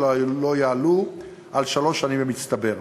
שלא יעלו על שלוש שנים במצטבר.